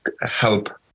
help